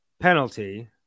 penalty